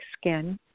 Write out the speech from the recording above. skin